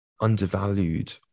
undervalued